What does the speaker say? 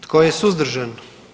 Tko je suzdržan?